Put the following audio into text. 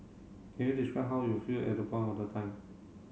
can you describe how you feel at the point of the time